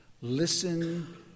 Listen